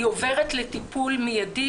היא עוברת לטיפול מיידי.